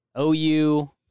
OU